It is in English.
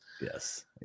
Yes